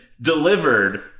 delivered